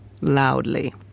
Loudly